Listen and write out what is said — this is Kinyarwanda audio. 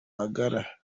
magara